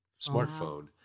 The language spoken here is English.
smartphone